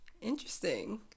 Interesting